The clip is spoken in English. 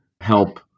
help